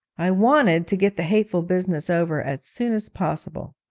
i wanted to get the hateful business over as soon as possible.